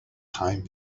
time